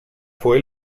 fue